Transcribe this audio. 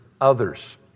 others